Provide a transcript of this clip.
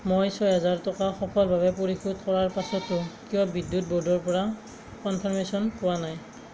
মই ছয় হেজাৰ টকা সফলভাৱে পৰিশোধ কৰাৰ পাছতো কিয় বিদ্যুৎ ব'ৰ্ডৰ পৰা কনফাৰ্মেশ্য়ন পোৱা নাই